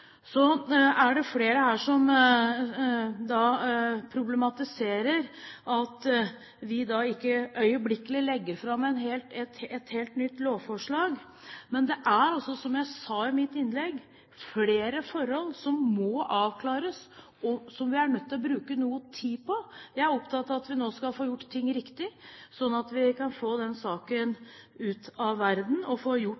Så er det flere her som problematiserer at vi ikke øyeblikkelig legger fram et helt nytt lovforslag. Men det er, som jeg sa i mitt innlegg, flere forhold som må avklares, og som vi er nødt til å bruke noe tid på. Jeg er opptatt av at vi nå skal få gjort ting riktig, slik at vi kan få denne saken ut av verden og få gjort